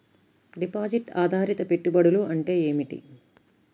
Deposit ఆధారిత పెట్టుబడులు అంటే ఏమిటి?